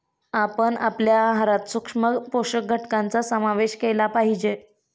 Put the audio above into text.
आपण आपल्या आहारात सूक्ष्म पोषक घटकांचा समावेश केला पाहिजे